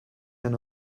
can